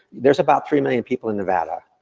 there's about three million people in nevada,